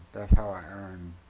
that was how i earned